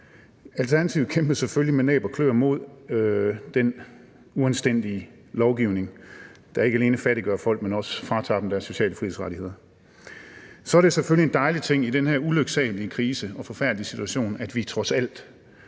Alternativet kæmpede selvfølgelig med næb og kløer mod den uanstændige lovgivning, der ikke alene fattiggør folk, men også fratager dem deres sociale frihedsrettigheder. Så er det selvfølgelig en dejlig ting i den her ulyksalige krise og forfærdelige situation, at vi trods alt